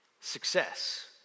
Success